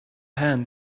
hand